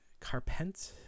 Carpent